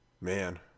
Man